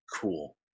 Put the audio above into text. cool